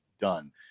done